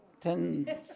ten